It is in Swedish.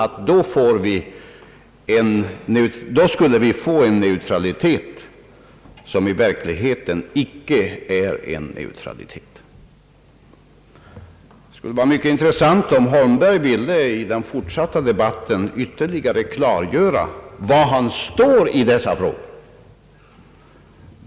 Ty då skulle vi få en neutralitet, som i verkligheten icke är en neutralitet. Det skulle vara mycket intressant om herr Holmberg ville i den fort satta debatten ytterligare klargöra var han står i dessa frågor.